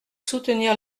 soutenir